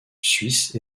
suisse